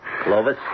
Clovis